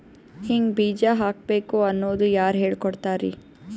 ಹಿಂಗ್ ಬೀಜ ಹಾಕ್ಬೇಕು ಅನ್ನೋದು ಯಾರ್ ಹೇಳ್ಕೊಡ್ತಾರಿ?